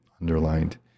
underlined